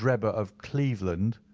drebber of cleveland,